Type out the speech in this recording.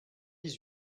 dix